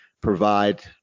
provide